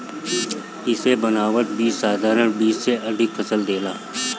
इसे बनावल बीज साधारण बीज से अधिका फसल देला